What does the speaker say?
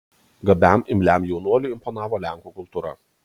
gabiam imliam jaunuoliui imponavo lenkų kultūra